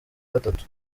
gatatu